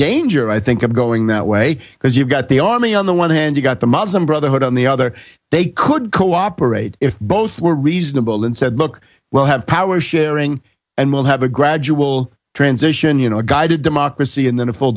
danger i think of going that way because you've got the army on the one hand you've got the muslim brotherhood on the other they could cooperate if both were reasonable and said look we'll have power sharing and we'll have a gradual transition you know a guided democracy and then a full